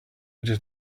just